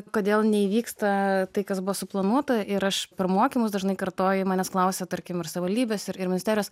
kodėl neįvyksta tai kas buvo suplanuota ir aš per mokymus dažnai kartoju manęs klausia tarkim ir savivaldybės ir ir ministerijos